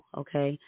okay